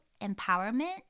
empowerment